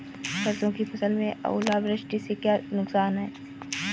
सरसों की फसल में ओलावृष्टि से क्या नुकसान है?